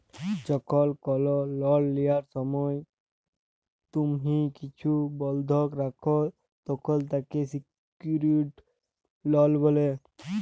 যখল কল লল লিয়ার সময় তুম্হি কিছু বল্ধক রাখ, তখল তাকে সিকিউরড লল ব্যলে